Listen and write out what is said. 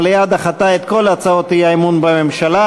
המליאה דחתה את כל הצעות האי-אמון בממשלה.